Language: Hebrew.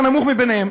הנמוך בהם.